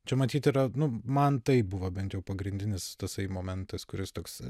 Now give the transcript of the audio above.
čia matyt yra nu man tai buvo bent jau pagrindinis tasai momentas kuris toks